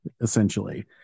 essentially